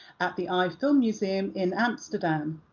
at the eye filmmuseum in amsterdam.